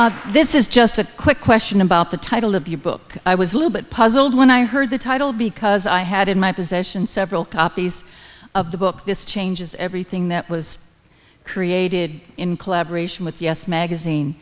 thanks this is just a quick question about the title of your book i was a little bit puzzled when i heard the title because i had in my possession several copies of the book this changes everything that was created in collaboration with us magazine